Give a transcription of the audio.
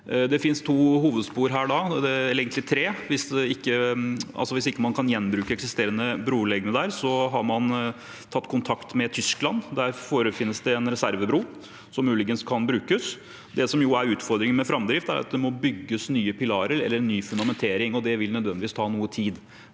tre, hovedspor her. I tilfelle man ikke kan gjenbruke eksisterende brulegemer der, har man tatt kontakt med Tyskland. Der forefinnes det en reservebru som muligens kan brukes. Det som er utfordringen med framdriften, er at det må bygges nye pilarer eller ny fundamentering, og det vil nødvendigvis ta noe tid.